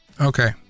Okay